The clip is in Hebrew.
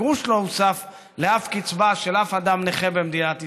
גרוש לא הוסף לאף קצבה של אף אדם נכה במדינת ישראל.